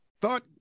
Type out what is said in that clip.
thought